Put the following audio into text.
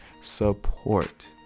support